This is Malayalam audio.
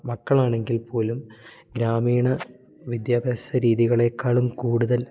മക്കൾ ആണെങ്കിൽ പോലും ഗ്രാമീണ വിദ്യാഭ്യാസ രീതികളെക്കാളും കൂടുതൽ